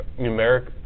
numeric